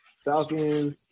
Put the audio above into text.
Falcons